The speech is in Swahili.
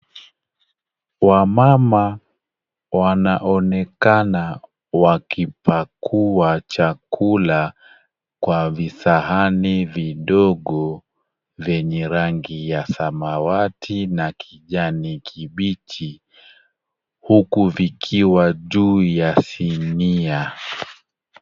Wamama wanaonekana wakipakua chakula kwa visahani vidogo vyenye rangi ya samawati na kijani kibichi, huku vikiwa juu ya sinia.